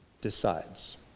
decides